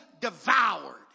devoured